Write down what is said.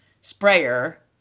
sprayer